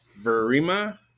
Verima